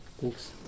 Thanks